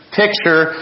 picture